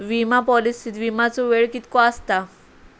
विमा पॉलिसीत विमाचो वेळ कीतको आसता?